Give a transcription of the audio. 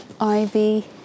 ivy